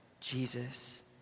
Jesus